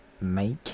make